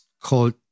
called